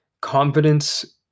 confidence